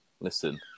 listen